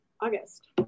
August